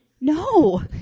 no